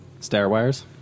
Stairwires